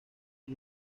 los